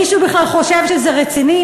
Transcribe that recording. מישהו בכלל חושב שזה רציני?